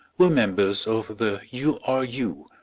were members of the u. r. u,